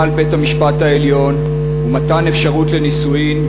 על בית-המשפט העליון ומתן אפשרות לנישואים,